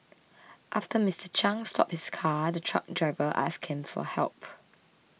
after Mister Chiang stopped his car the truck driver asked him for help